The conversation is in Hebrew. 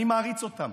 אני מעריץ אותם,